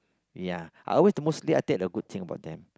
ya I always the mostly the good thing about them